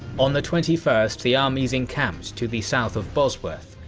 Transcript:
on the twenty first the armies encamped to the south of bosworth,